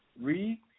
Read